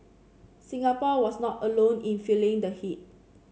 Singapore was not alone in feeling the heat